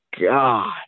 God